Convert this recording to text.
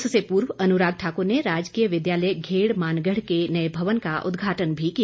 इससे पूर्व अनुराग ठाकुर ने राजकीय विद्यालय घेड़ मानघड़ के नए भवन का उद्घाटन भी किया